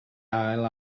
ail